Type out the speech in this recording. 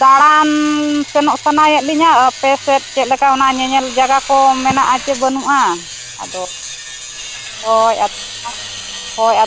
ᱫᱟᱲᱟᱱ ᱥᱮᱱᱚᱜ ᱥᱟᱱᱟᱭᱮᱫ ᱞᱤᱧᱟ ᱟᱯᱮ ᱥᱮᱫ ᱪᱮᱫᱞᱮᱠᱟ ᱧᱮᱧᱮᱞ ᱡᱟᱭᱜᱟ ᱠᱚ ᱢᱮᱱᱟᱜᱼᱟ ᱦᱮᱱᱟᱜᱼᱟ ᱥᱮ ᱵᱟᱹᱱᱩᱜᱼᱟ ᱟᱫᱚ ᱦᱳᱭ ᱟᱫᱚ ᱦᱳᱭ